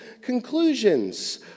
conclusions